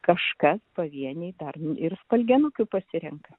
kažkas pavieniai dar ir spalgenukių pasirenka